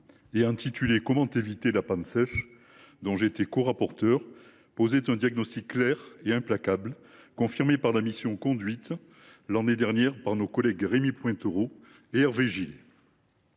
intitulé, remis à la fin de l’année 2022 et dont j’étais corapporteur, a posé un diagnostic clair et implacable, confirmé par la mission conduite l’année dernière par nos collègues Rémy Pointereau et Hervé Gillé